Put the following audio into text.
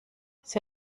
sie